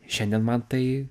šiandien man tai